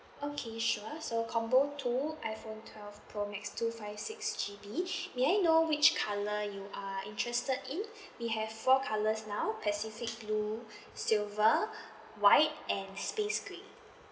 okay sure so combo two iphone twelve pro max two five six G_B may I know which colour you are interested in we have four colours now pacific blue silver white and space grey